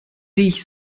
dich